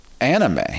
anime